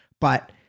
But-